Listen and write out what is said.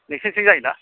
नोंसोरनिथिं जायोना